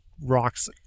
rocks